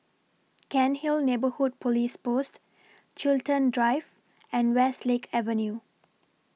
Cairnhill Neighbourhood Police Post Chiltern Drive and Westlake Avenue